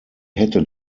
hätte